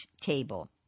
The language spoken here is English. table